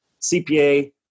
CPA